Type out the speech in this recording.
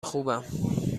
خوبم